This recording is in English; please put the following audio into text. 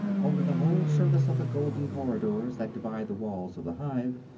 over the whole surface of the golden corridors that divide the walls of the hive,